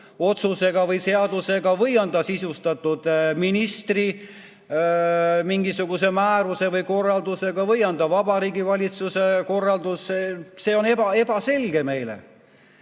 otsusega või seadusega või on ta sisustatud ministri mingisuguse määruse või korraldusega või Vabariigi Valitsuse korraldusega, see on ebaebaselge.